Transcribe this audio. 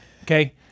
Okay